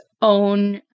own